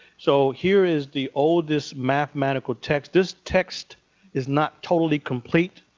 so here is the oldest mathematical text. this text is not totally complete,